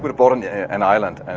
but bought and an island. and